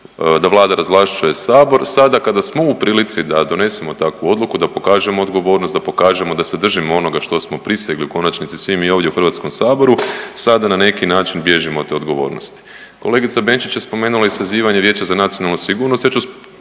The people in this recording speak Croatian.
da Vlada razvlašćuje Sabor. Sada kada smo u prilici da donesemo takvu odluku, da pokažemo odgovornost, da pokažemo da se držimo onoga što smo prisegli u konačnici svi mi ovdje u Hrvatskom saboru sada na neki način bježimo od te odgovornosti. Kolegica Benčić je spomenula i sazivanje Vijeća za nacionalnu sigurnost.